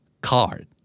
Card